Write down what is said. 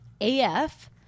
af